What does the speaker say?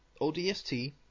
ODST